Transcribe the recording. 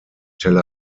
tel